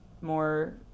more